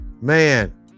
Man